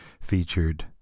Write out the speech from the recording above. featured